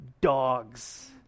dogs